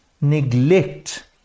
neglect